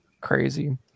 crazy